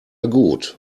gut